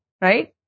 right